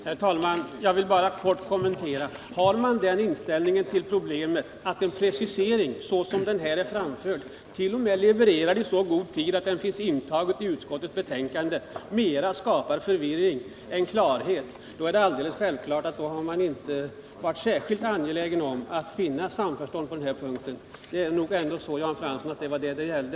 Herr talman! Jag vill bara kort kommentera detta. Har man den inställningen till problemet att en precisering, såsom den här är framförd — i så god tid att den finns intagen i utskottsbetänkandet — mer skapar förvirring än klarhet, då är det alldeles självklart att man inte är särskilt angelägen om att nå samförstånd på den här punkten. Det är ändå så, Jan Fransson, att det var det saken gällde.